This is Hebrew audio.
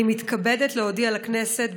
אני מתכבדת להודיע לכנסת,